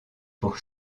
pour